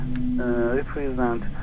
represent